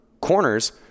corners